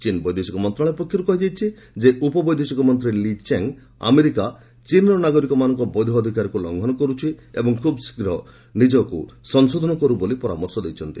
ଚୀନ୍ ବୈଦେଶିକ ମନ୍ତ୍ରଶାଳୟ ପକ୍ଷର୍ କ୍ରହାଯାଇଛି ଯେ ଉପବୈଦେଶିକ ମନ୍ତ୍ରୀ ଲି ଚେଙ୍ଗ୍ ଆମେରିକା ଚୀନ୍ର ନାଗରିକମାନଙ୍କର ବୈଧ ଅଧିକାରକୁ ଲଂଘନ କରୁଛି ଏବଂ ଖୁବ୍ ଶୀଘ୍ର ନିଜକୁ ସଂଶୋଧନ କରୁ ବୋଲି ପରାମର୍ଶ ଦେଇଛନ୍ତି